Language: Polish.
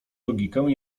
logikę